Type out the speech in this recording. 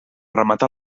rematar